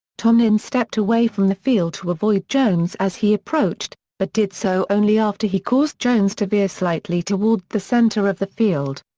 tomlin stepped away from the field to avoid jones as he approached, but did so only after he caused jones to veer slightly toward the center of the field.